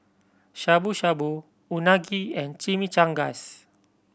Shabu Shabu Unagi and Chimichangas